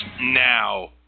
now